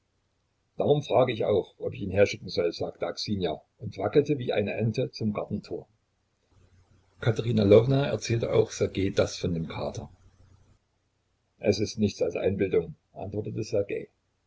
darum frage ich auch ob ich ihn herschicken soll sagte aksinja und wackelte wie eine ente zum gartentor katerina lwowna erzählte auch ssergej das von dem kater es ist nichts als einbildung antwortete